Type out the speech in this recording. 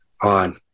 on